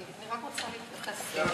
גם אני רוצה לשאול.